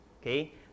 okay